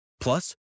Plus